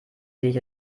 sich